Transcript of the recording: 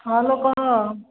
ହଁ ଲୋ କହ